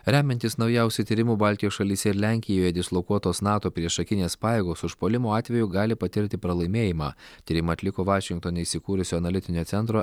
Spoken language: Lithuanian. remiantis naujausių tyrimų baltijos šalyse ir lenkijoje dislokuotos nato priešakinės pajėgos užpuolimo atveju gali patirti pralaimėjimą tyrimą atliko vašingtone įsikūrusio analitinio centro